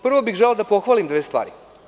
Prvo bih želeo da pohvalim dve stvari.